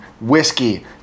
whiskey